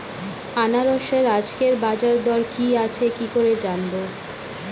আনারসের আজকের বাজার দর কি আছে কি করে জানবো?